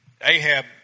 Ahab